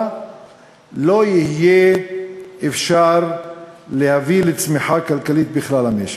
לא יהיה אפשר להביא לצמיחה כלכלית בכלל המשק.